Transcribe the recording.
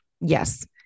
Yes